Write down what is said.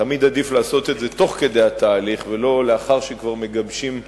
תמיד עדיף לעשות את זה תוך כדי התהליך ולא לאחר שכבר מגבשים עמדה,